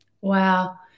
Wow